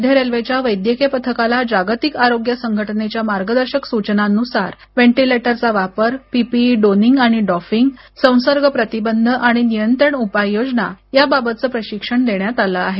मध्य रेल्वे च्या वैद्यकीय पथकाला जागतिक आरोग्य संघटनेच्या मार्गदर्शक सूचनांनुसार व्हेंटिलेटर वापर पीपीई डोनिंग आणि डॉफिंग संसर्ग प्रतिबंध आणि नियंत्रण उपाययोजना या बाबत च प्रशिक्षणही त्याला देण्यात आल आहे